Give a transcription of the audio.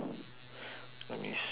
let me see ah